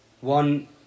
One